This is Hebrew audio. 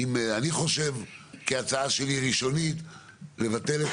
כי אני חושב כהצעה ראשונית שלי לבטל את